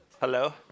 Hello